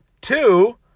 two